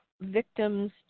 victim's